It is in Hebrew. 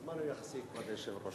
הזמן הוא יחסי, אדוני היושב-ראש.